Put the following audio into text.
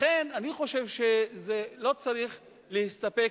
לכן אני חושב שלא צריך להסתפק,